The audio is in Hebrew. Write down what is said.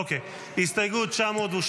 אוקיי, הסתייגות 908,